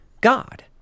God